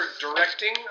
directing